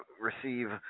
receive